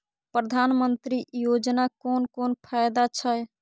प्रधानमंत्री योजना कोन कोन फायदा छै?